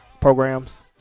programs